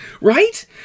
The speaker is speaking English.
Right